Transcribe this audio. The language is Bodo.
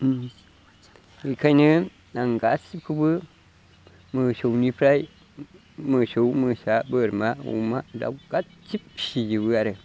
बेखायनो आं गासिबखौबो मोसौनिफ्राय मोसौ मोसा बोरमा अमा दाउ गासिबो फिजोबो आरो